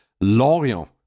Lorient